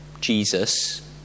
Jesus